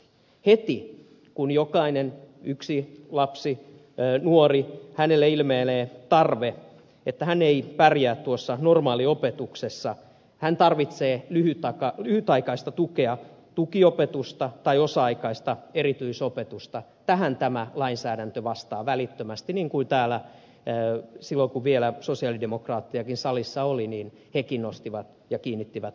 heti kun lapselle nuorelle ilmenee että hän ei pärjää tuossa normaaliopetuksessa hän tarvitsee lyhytaikaista tukea tukiopetusta tai osa aikaista erityisopetusta tähän tämä lainsäädäntö vastaa välittömästi mihin täällä sosialidemokraatitkin silloin kun heitä vielä salissa oli kiinnittivät huomiota